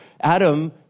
Adam